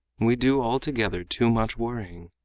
we do altogether too much worrying.